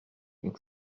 une